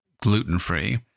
gluten-free